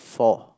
four